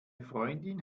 freundin